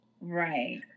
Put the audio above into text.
Right